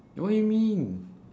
what do you mean